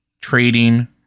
trading